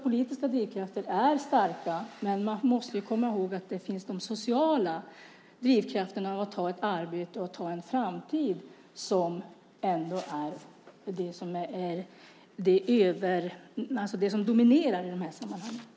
Politiska drivkrafter är starka, men man måste komma ihåg att det är de sociala drivkrafterna att ta ett arbete och bygga en framtid som dominerar i de här sammanhangen.